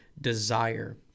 desire